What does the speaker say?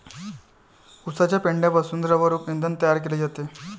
उसाच्या पेंढ्यापासून द्रवरूप जैव इंधन तयार केले जाते